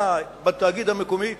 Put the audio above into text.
אלא בתאגיד המקומי,